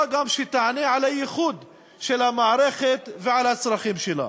שגם תענה על הייחוד של המערכת ועל הצרכים שלה.